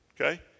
okay